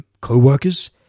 co-workers